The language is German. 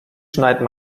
schneide